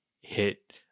hit